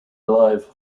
alive